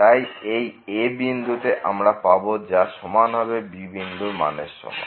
তাই এই a বিন্দুতে আমরা পাব যা সমান হবে b বিন্দুর মানের সাথে